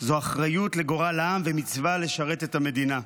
זו אחריות לגורל העם ומצווה לשרת את המדינה.